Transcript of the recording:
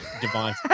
device